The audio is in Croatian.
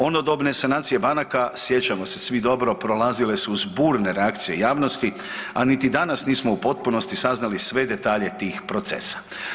Onodobne sanacije banaka sjećamo se svi dobro prolazile su uz burne reakcije javnosti, a niti danas nismo u potpunosti saznali sve detalje tih procesa.